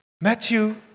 Matthew